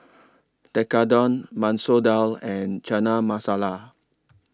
Tekkadon Masoor Dal and Chana Masala